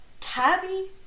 Tabby